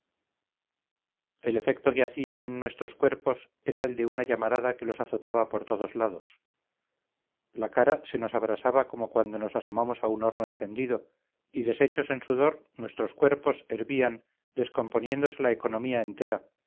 el efecto que hacía en nuestros cuerpos era el de una llamarada que los azotaba por todos lados la cara se nos abrasaba como cuando nos asomamos a un horno encendido y deshechos en sudor nuestros cuerpos hervían descomponiéndose la economía entera